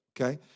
Okay